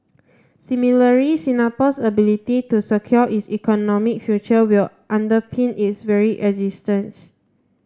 similarly Singapore's ability to secure its economic future will underpin its very